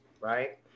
right